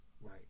Right